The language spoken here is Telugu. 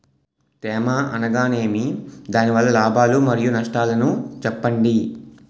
తేమ అనగానేమి? దాని వల్ల లాభాలు మరియు నష్టాలను చెప్పండి?